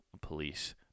police